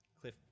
Cliff